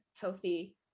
healthy